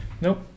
Nope